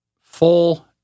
full